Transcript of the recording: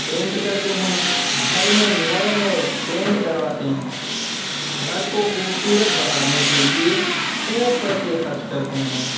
pant کرتے ہیں گھر میں نئے نئے پینٹ کرواتے ہیں گھر کو خوبصورت بنانے کے لیے خوب پیسے خرچ کرتے ہیں